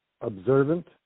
observant